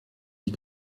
die